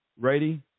ready